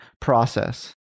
process